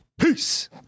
Peace